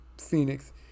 Phoenix